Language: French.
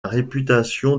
réputation